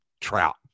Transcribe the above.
Trout